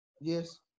Yes